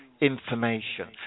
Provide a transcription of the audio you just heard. information